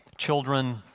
Children